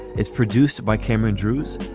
it's produced by cameron drewes.